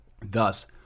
Thus